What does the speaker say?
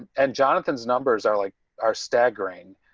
and jonathan's numbers are like are staggering.